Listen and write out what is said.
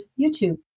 YouTube